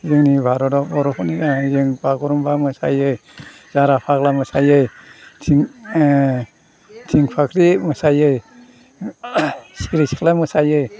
जोंनि भारतआव बर'फोरनि जोंनि बागुरुम्बा मोसायो जाराग्ला मोसायो थिं थिंफाख्रि मोसायो सिख्रि सिख्ला मोसायो